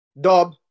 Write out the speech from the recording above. Dub